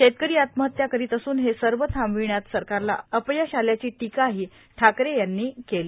शेतकरी आत्महत्या करीत असून हे सर्व थांबविण्यात सरकारला अपयश आल्याची टीका ठाकरे यांनी केली